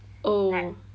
oh